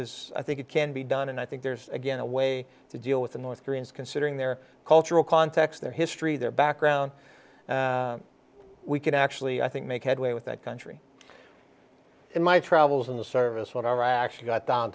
was i think it can be done and i think there's again a way to deal with the north koreans considering their cultural context their history their background and we can actually i think make headway with that country in my travels in the service whatever actually got down